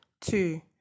Two